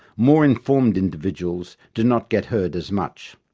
more-informed individuals do not get heard as much.